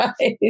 Right